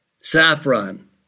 saffron